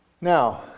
Now